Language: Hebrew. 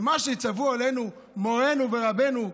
ומה שיצוו עלינו מורינו ורבינו,